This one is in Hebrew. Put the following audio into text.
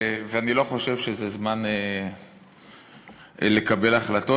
ואני לא חושב שזה זמן לקבל החלטות.